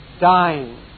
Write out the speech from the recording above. dying